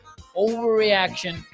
Overreaction